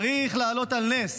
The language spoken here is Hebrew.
צריך להעלות על נס